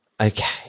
okay